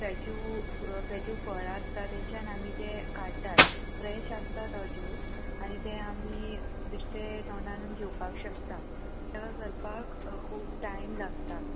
cashew cashew फळां आसता तेंच्यान आमी ते काडटात फ्रेश आसता तो ज्यूस आनी ते आमी बिश्टें तोंडान घेवपाक शकता ताका करपाक खूब टायम लागता